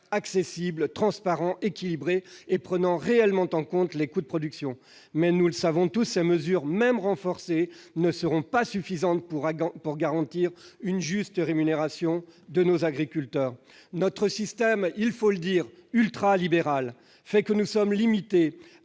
accessibles, transparents, équilibrés et prennent réellement en compte les coûts de production. Mais, nous le savons tous, ces mesures, même renforcées, ne seront pas suffisantes pour garantir une juste rémunération aux agriculteurs. Notre système ultralibéral, il faut le dire, fait que nous sommes limités